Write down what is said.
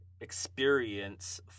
experience